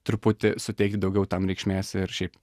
truputį suteikti daugiau tam reikšmės ir šiaip